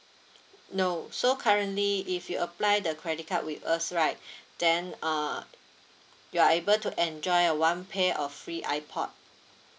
no so currently if you apply the credit card with us right then uh you are able to enjoy a one pair of free ipod